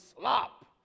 slop